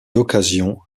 occasions